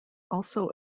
also